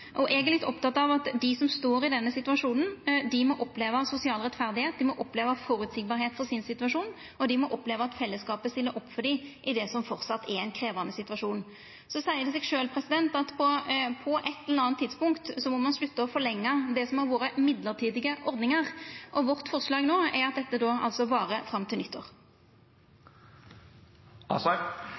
Eg er litt oppteken av at dei som står i denne situasjonen, må oppleva sosial rettferd, dei må oppleva at situasjonen deira er føreseieleg, og dei må oppleva at fellesskapet stiller opp for dei i det som framleis er ein krevjande situasjon. Så seier det seg sjølv at på eit eller anna tidspunkt må ein slutta å forlengja det som har vore mellombelse ordningar, og vårt forslag no er at dette varar fram til